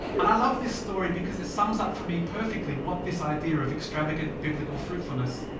and i love this story because it sums up, for me perfectly, what this idea of extravagant biblical fruitfulness.